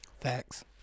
Facts